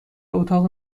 اتاق